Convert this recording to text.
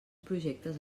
projectes